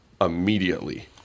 immediately